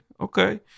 Okay